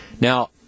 Now